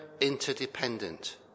interdependent